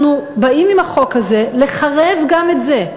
אנחנו באים עם החוק הזה לחרב גם את זה.